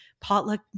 potluck